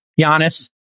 Giannis